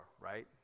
right